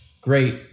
great